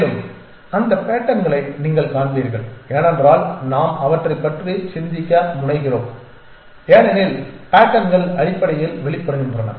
மேலும் அந்த பேட்டன்களை நீங்கள் காண்பீர்கள் ஏனென்றால் நாம் அவற்றைப் பற்றி சிந்திக்க முனைகிறோம் ஏனெனில் பேட்டன்கள் அடிப்படையில் வெளிப்படுகின்றன